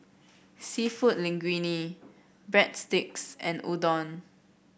seafood Linguine Breadsticks and Udon